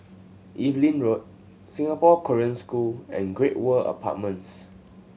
Evelyn Road Singapore Korean School and Great World Apartments